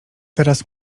teraz